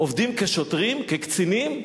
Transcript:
עובדים כשוטרים, כקצינים.